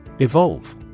Evolve